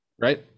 right